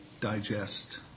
digest